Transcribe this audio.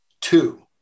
Two